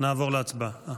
נעבור להצבעה.